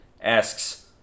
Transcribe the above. asks